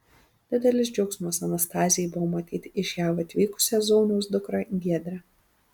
didelis džiaugsmas anastazijai buvo matyti iš jav atvykusią zauniaus dukrą giedrę